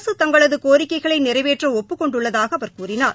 அரசு தங்களது கோரிக்கைகளை நிறைவேற்ற ஒப்புக் கொண்டுள்ளதாக அவர் கூறினார்